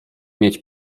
mieć